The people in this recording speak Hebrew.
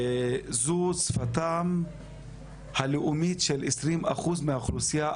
זו שפתם הלאומית של 20 אחוזים מהאוכלוסייה,